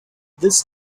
this